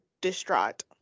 distraught